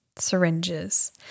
Syringes